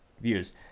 views